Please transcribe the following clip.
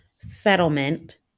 settlement